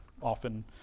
often